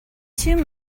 two